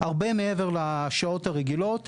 הרבה מעבר לשעות הרגילות.